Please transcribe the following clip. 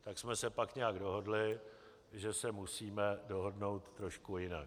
Tak jsme se pak nějak dohodli, že se musíme dohodnout trošku jinak.